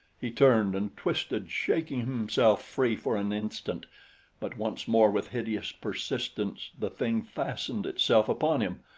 he turned and twisted, shaking himself free for an instant but once more with hideous persistence the thing fastened itself upon him.